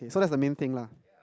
eh so that's the main thing lah